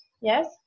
Yes